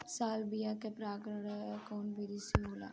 Salvia में परागण कउना विधि से होला?